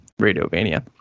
Radiovania